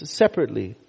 separately